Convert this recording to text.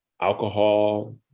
alcohol